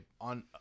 on